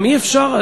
גם אי-אפשר,